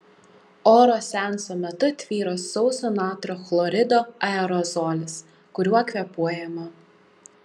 oro seanso metu tvyro sauso natrio chlorido aerozolis kuriuo kvėpuojama